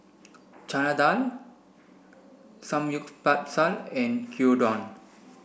Chana Dal Samgyeopsal and Gyudon